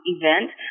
event